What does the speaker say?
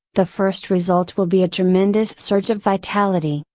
the first result will be a tremendous surge of vitality,